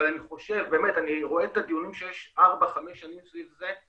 אני רואה את הדיונים ארבע, חמש שנים סביב זה.